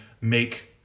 make